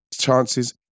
chances